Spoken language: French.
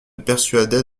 persuadait